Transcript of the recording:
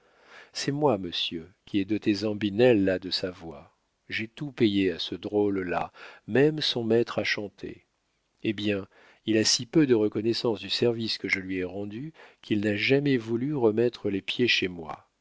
c'est moi monsieur qui ai doté zambinella de sa voix j'ai tout payé à ce drôle-là même son maître à chanter eh bien il a si peu de reconnaissance du service que je lui ai rendu qu'il n'a jamais voulu mettre les pieds chez moi